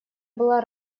была